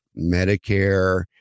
Medicare